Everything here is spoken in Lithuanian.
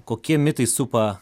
kokie mitai supa